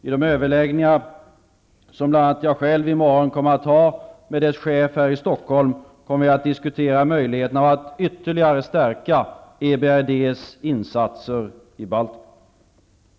I de överläggningar som bl.a. jag själv i morgon kommer att ha med dess chef här i Stockholm kommer vi att diskutera möjligheten av ytterligare insatser från EBRD:s sida i de baltiska länderna.